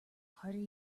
harder